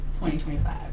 2025